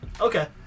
Okay